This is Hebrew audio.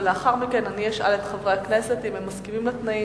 ולאחר מכן אני אשאל את חברי הכנסת אם הם מסכימים לתנאים,